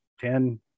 ten